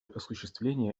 осуществление